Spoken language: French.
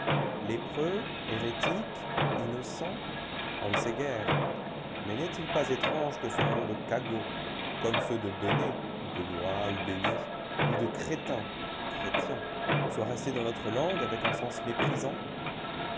lépreux hérétiques innocents on ne sait guère mais n'est-il pas étrange que ce nom de cagot comme ceux de benêt benoît ou bénit ou de crétin chrétien soit resté dans notre langue avec un sens méprisant